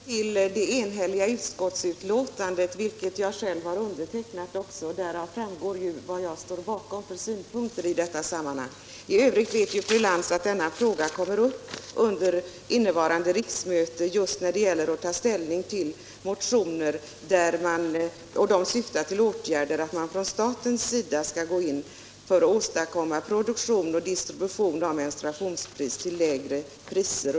Herr talman! Jag hänvisar till det enhälliga utskottsbetänkandet, vilket jag själv har undertecknat. Därav framgår vilka synpunkter jag står bakom i detta sammanhang. I övrigt vet fru Lantz att denna fråga kommer upp under innevarande riksmöte när det gäller att ta ställning till motioner som syftar till att staten skall gå in för produktion och distribution av menstruationsskydd till lägre pris.